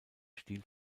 stil